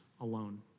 alone